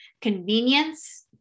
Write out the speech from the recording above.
convenience